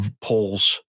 polls